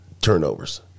turnovers